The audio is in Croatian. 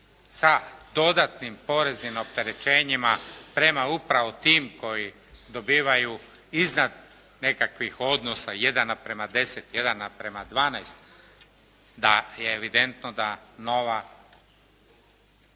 sa dodatnim poreznim opterećenjima prema upravo tim koji dobivaju iznad nekakvih odnosa jedan naprama deset, jedan naprama dvanaest, da je evidentno da nova